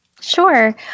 Sure